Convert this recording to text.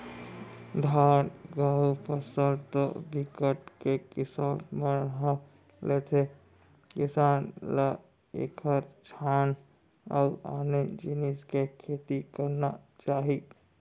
धान, गहूँ फसल तो बिकट के किसान मन ह लेथे किसान ल एखर छांड़ अउ आने जिनिस के खेती करना चाही